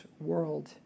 world